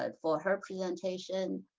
ah for her presentation.